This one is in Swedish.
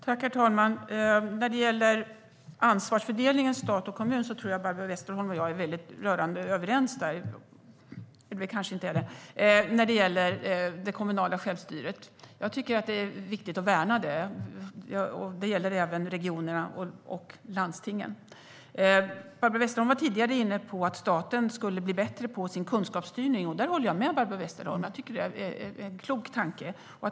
Herr talman! När det gäller ansvarsfördelningen mellan stat och kommun tror jag att Barbro Westerholm och jag är rörande överens när det gäller det kommunala självstyret, eller så kanske vi inte är det. Jag tycker att det är viktigt att värna det, och det gäller även regionerna och landstingen. Barbro Westerholm var tidigare inne på att staten borde bli bättre på kunskapsstyrning. Det håller jag med om. Det är en klok tanke.